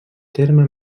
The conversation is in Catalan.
terme